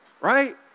right